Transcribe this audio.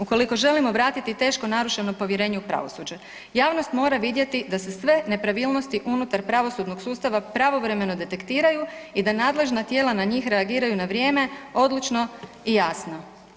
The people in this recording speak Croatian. Ukoliko želimo vratiti teško narušeno povjerenje u pravosuđe javnost mora vidjeti da se sve nepravilnosti unutar pravosudnog sustava pravovremeno detektiraju i da nadležna tijela na njih reagiraju na vrijeme, odlučno i jasno.